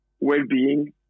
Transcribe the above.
well-being